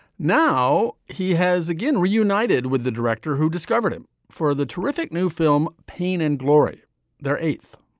now he has again reunited with the director who discovered him for the terrific new film pain and glory their eighth.